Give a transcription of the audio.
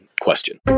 question